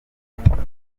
n’umugore